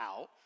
out